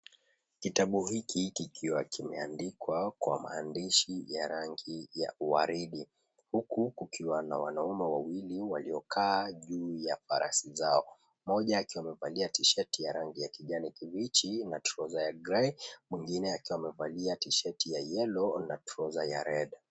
Kitabu hiki kikiwa kimeandikwa kwa maandishi ya rangi ya waridi huku kukiwa na wanaume wawili waliokaa juu ya farasi zao. Mmoja akiwa amevalia t-shirt ya rangi ya kijani kibichi na trouser ya gray , mwingine akiwa amevalia t-shirt ya yellow na trouser ya red .